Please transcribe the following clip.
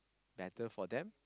better for them